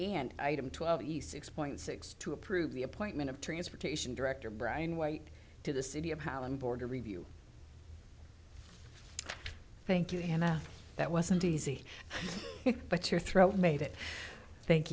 and item twelve east six point six to approve the appointment of transportation director bryan white to the city of hallam board to review thank you and that wasn't easy but your throat made it thank